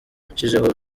birushijeho